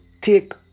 take